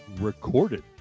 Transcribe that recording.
recorded